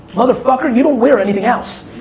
motherfucker, you don't wear anything else.